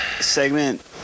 segment